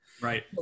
Right